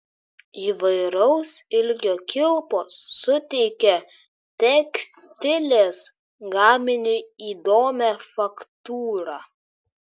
įvairaus ilgio kilpos suteikia tekstilės gaminiui įdomią faktūrą